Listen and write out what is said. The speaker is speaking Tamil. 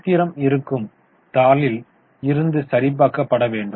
சூத்திரம் இருக்கும் தாளில் இருந்து சரிபார்க்கப்பட வேண்டும்